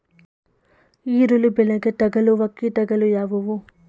ಈರುಳ್ಳಿ ಬೆಳೆಗೆ ತಗಲುವ ಕೀಟಗಳು ಯಾವುವು?